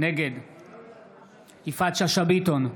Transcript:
נגד יפעת שאשא ביטון,